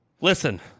Listen